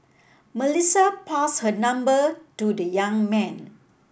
Melissa passed her number to the young man